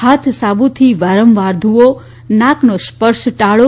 હાથ સાબુથી વારંવાર ધ્વો નાક નો સ્પર્શ ટાળો